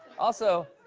also,